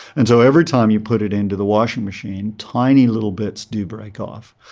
and so every time you put it into the washing machine, tiny little bits do break off.